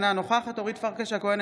אינה נוכחת אורית פרקש הכהן,